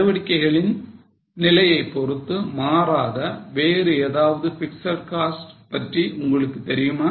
நடவடிக்கையின் நிலையை பொறுத்து மாறாத வேறு ஏதாவது பிக்ஸட் காஸ்ட் பற்றி உங்களுக்கு தெரியுமா